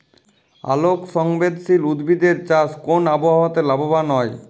আলোক সংবেদশীল উদ্ভিদ এর চাষ কোন আবহাওয়াতে লাভবান হয়?